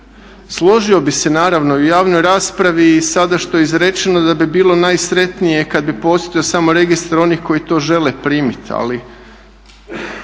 Složio bih se naravno i u javnoj raspravi i sada što je izrečeno da bi bilo najsretnije kad bi postojao samo registar onih koji to žele primiti